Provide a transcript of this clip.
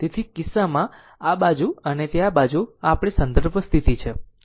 તેથી આ કિસ્સામાં તેથી આ બાજુ અને તે બાજુ આ આપણી સંદર્ભ સ્થિતિ છે